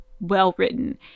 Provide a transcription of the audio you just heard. well-written